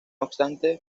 obstante